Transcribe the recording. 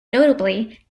notably